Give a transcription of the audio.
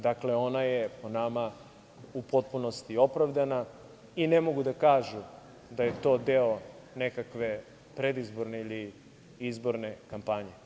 Dakle, ona je po nama u potpunosti opravdana i ne mogu da kažu da je to deo nekakve predizborne ili izborne kampanje.